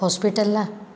हॉस्पिटलला